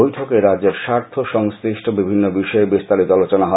বৈঠকে রাজ্যের স্বার্থ সংশ্লিষ্ট বিভিন্ন বিষয়ে বিস্তারিত আলোচনা হয়